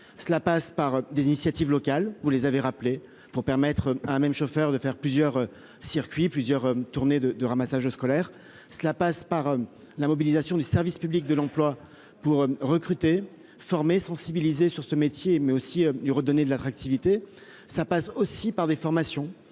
Cela passe par des initiatives locales, vous l'avez dit, pour permettre à un même chauffeur de réaliser plusieurs tournées de ramassage scolaire. Cela passe également par la mobilisation du service public de l'emploi, pour recruter, former et sensibiliser sur ce métier, mais aussi pour lui redonner de l'attractivité. Cela passe enfin par des formations.